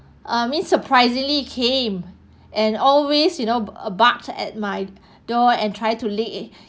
ah mean surprisingly it came and always you know barked at my door and try to lay